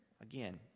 again